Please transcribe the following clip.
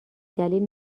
دلیل